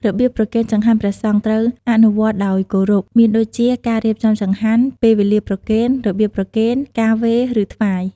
របៀបប្រគេនចង្ហាន់ព្រះសង្ឃ ត្រូវអនុវត្តដោយគោរព មានដូចជា ការរៀបចំចង្ហាន់ ពេលវេលាប្រគេន របៀបប្រគេន ការវេរ ឬ ថ្វាយ។